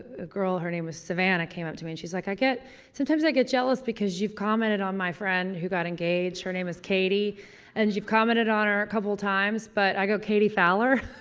ah girl her name was savannah came up to me and shes like i get sometimes i get jealous because you've commented on my friend who got engaged her name is katie and you've commented on her a couple times but i go katie fowler?